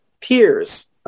peers